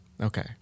Okay